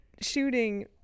shooting